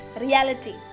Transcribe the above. reality